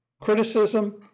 criticism